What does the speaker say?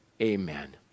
Amen